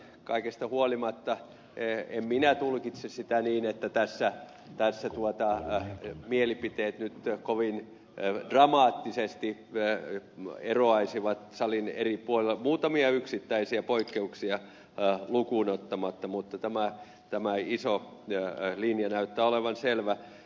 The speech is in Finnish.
kaikesta huolimatta en minä tulkitse sitä niin että tässä mielipiteet nyt kovin dramaattisesti eroaisivat salin eri puolilla muutamia yksittäisiä poikkeuksia lukuun ottamatta mutta tämä iso linja näyttää olevan selvä